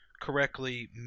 correctly